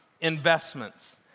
investments